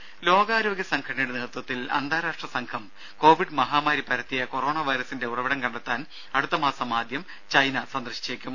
രുര ലോകാരോഗ്യ സംഘടനയുടെ നേതൃത്വത്തിൽ അന്താരാഷ്ട്ര സംഘം കോവിഡ് മഹാമാരി പരത്തിയ കൊറോണ വൈറസിന്റെ ഉറവിടം കണ്ടെത്താൻ അടുത്ത മാസം ആദ്യം ചൈന സന്ദർശിച്ചേക്കും